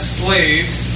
slaves